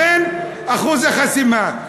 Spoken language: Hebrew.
אחוז החסימה.